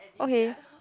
okay